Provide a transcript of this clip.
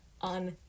on